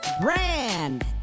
Brand